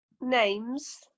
names